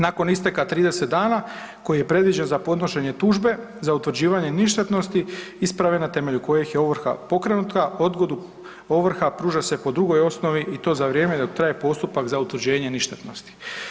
Nakon isteka 30 dana koji je predviđen za podnošenje tužbe za utvrđivanje ništetnosti isprave na temelju kojih je odgoda pokrenuta odgodu ovrha pruža se po drugoj osnovi i to za vrijeme dok traje postupak za utvrđenje ništetnosti.